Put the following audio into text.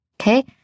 Okay